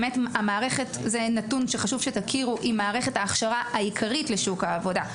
זה נתון שחשוב שתכירו - המערכת היא מערכת ההכשרה העיקרית לשוק העבודה.